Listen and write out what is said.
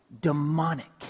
Demonic